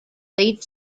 lead